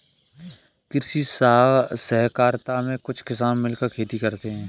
कृषि सहकारिता में कुछ किसान मिलकर खेती करते हैं